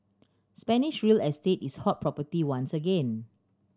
Spanish real estate is hot property once again